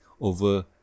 over